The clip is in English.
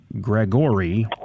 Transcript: Gregory